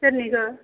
सोरनिखौ